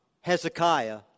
Hezekiah